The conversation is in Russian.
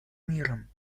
миром